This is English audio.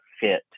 fit